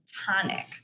tonic